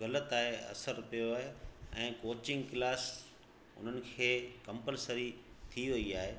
ग़लति आहे असर पियो आहे ऐं कोचिंग क्लास उन्हनि खे कंपलसरी थी वयी आहे